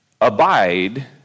abide